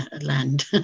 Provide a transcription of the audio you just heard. land